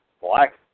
black